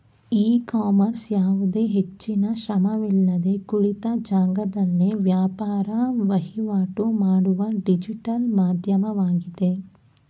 E commerce ಯಾವುದೇ ಹೆಚ್ಚಿನ ಶ್ರಮವಿಲ್ಲದೆ ಕುಳಿತ ಜಾಗದಲ್ಲೇ ವ್ಯಾಪಾರ ವಹಿವಾಟು ಮಾಡುವ ಡಿಜಿಟಲ್ ಮಾಧ್ಯಮವಾಗಿದೆ